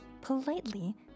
politely